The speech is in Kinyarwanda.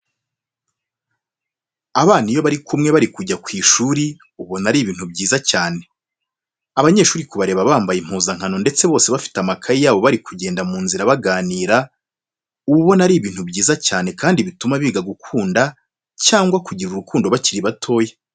Abana iyo bari kumwe bari kujya ku ishuri ubona ari ibintu byiza cyane. Abanyeshuri kubareba bambaye impuzankano ndetse bose bafite amakayi yabo bari kugenda mu nzira baganira uba ubona ari ibitu byiza cyane kandi bituma biga gukunda cyangwa kugira urukundo bakiri batoya.